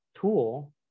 tool